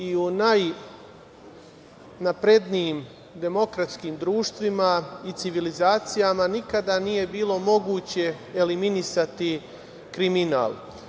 I u najnaprednijim demokratskim društvima i civilizacijama nikada nije bilo moguće eliminisati kriminal.